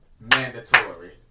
mandatory